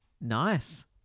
Nice